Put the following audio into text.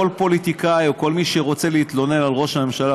כל פוליטיקאי או כל מי שרוצה להתלונן על ראש הממשלה,